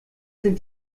sind